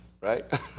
Right